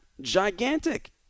gigantic